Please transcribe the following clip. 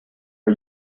are